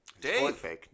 Dave